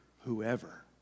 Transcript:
whoever